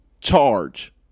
charge